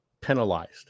penalized